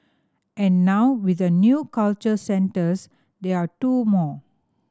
and now with the new cultural centres there are two more